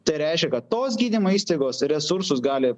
tai reiškia kad tos gydymo įstaigos resursus gali